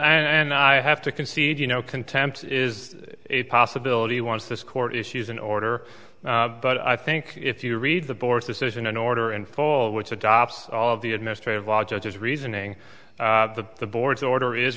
right and i have to concede you know contempt is a possibility once this court issues an order but i think if you read the board's decision an order in full which adopts all of the administrative law judge's reasoning that the board's order is